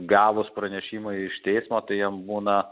gavus pranešimą iš teismo tai jiem būna